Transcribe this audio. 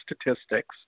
statistics